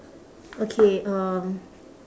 okay um